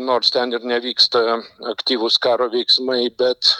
nors ten ir nevyksta aktyvūs karo veiksmai bet